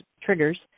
triggers